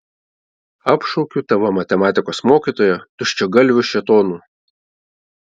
apšaukiu tavo matematikos mokytoją tuščiagalviu šėtonu